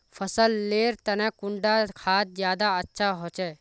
फसल लेर तने कुंडा खाद ज्यादा अच्छा होचे?